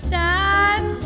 time